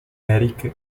eric